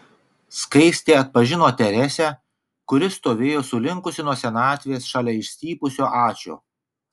skaistė atpažino teresę kuri stovėjo sulinkusi nuo senatvės šalia išstypusio ačio